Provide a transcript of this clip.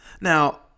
Now